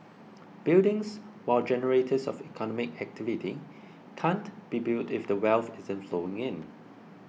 buildings while generators of economic activity can't be built if the wealth isn't flowing in